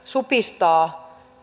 supistaa